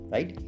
Right